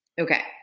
Okay